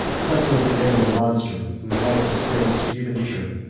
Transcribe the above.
such was the end of a monster whose life disgraced human nature,